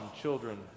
Children